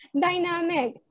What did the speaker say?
dynamic